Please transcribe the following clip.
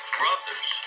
brothers